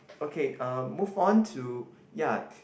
okay uh move on to ya